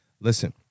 Listen